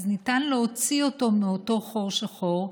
אז ניתן להוציא אותו מאותו חור שחור,